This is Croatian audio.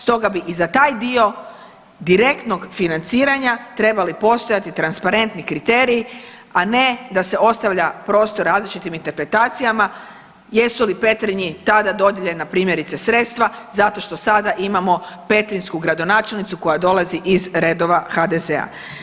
Stoga bi i za taj dio direktnog financiranja trebali postojati transparentni kriteriji, a ne da se ostavlja prostor različitim interpretacijama jesu li Petrinji tada dodijeljena primjerice sredstva zato što sada imamo petrinjsku gradonačelnicu koja dolazi iz redova HDZ-a.